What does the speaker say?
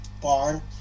barn